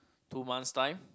two months' time